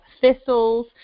thistles